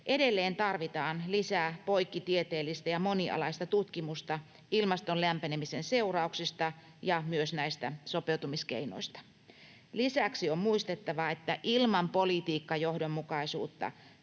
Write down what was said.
edelleen tarvitaan lisää poikkitieteellistä ja monialaista tutkimusta ilmaston lämpenemisen seurauksista ja myös näistä sopeutumiskeinoista. Lisäksi on muistettava, että ilman politiikkajohdonmukaisuutta